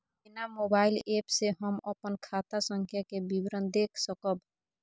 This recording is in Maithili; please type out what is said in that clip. केना मोबाइल एप से हम अपन खाता संख्या के विवरण देख सकब?